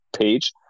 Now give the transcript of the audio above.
page